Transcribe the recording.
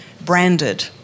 branded